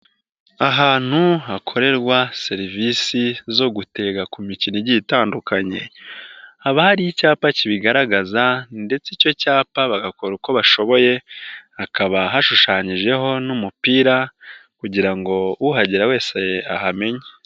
Ahantu hakorerwa serivisi zo gutega ku mikino igiye itandukanye, haba hari icyapa kibigaragaza ndetse icyo cyapa bagakora uko bashoboye hakaba hashushanyijeho n'umupira kugira ngo uhagera wese ahamenye.